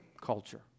culture